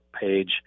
page